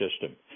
system